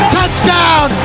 Touchdown